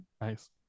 Nice